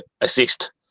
assist